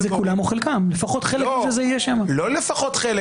אני שואל, למה פחות?